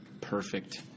perfect